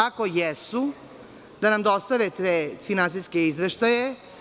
Ako jesu, da nam dostave te finansijske izveštaje.